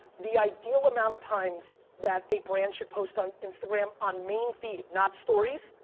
the ideal amount of times that a brand should post on instagram on main feed, not stories,